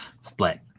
split